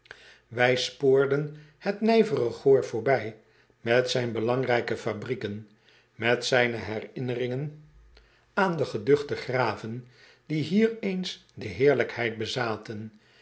ij spoorden het nijvere o o r voorbij met zijn belangrijke fabrieken met zijne herinneringen acobus raandijk andelingen door ederland met pen en potlood eel aan de geduchte graven die hier eens de heerlijkheid bezaten